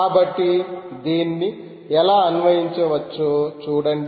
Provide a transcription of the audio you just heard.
కాబట్టి దీన్ని ఎలా అన్వయించవచ్చో చూడండి